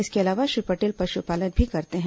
इसके अलावा श्री पटेल पशुपालन भी करते हैं